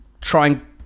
trying